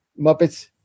Muppets